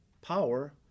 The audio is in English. Power